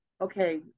okay